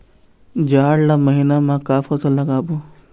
जाड़ ला महीना म का फसल लगाबो?